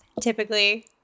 typically